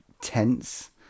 tense